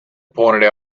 pointed